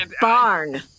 Barn